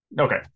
Okay